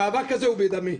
המאבק הזה הוא בדמי,